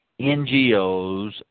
NGOs